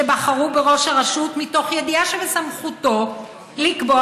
שבחרו בראש הרשות מתוך ידיעה שבסמכותו לקבוע